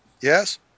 Yes